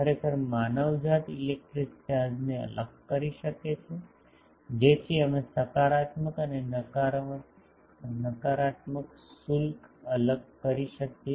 ખરેખર માનવજાત ઇલેક્ટ્રિક ચાર્જને અલગ કરી શકે છે જેથી અમે સકારાત્મક અને નકારાત્મક શુલ્ક અલગ કરી શકીએ